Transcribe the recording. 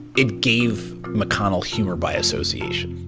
it gave mcconnell humor by association